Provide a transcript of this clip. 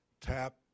tap